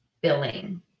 billing